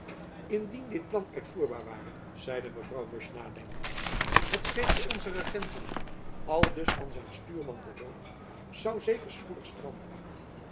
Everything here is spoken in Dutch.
indien dit plan uitvoerbaar ware zeide mevrouw musch nadenkende het scheepjen onzer regenten aldus van zijn stuurman beroofd zoû zeker spoedig stranden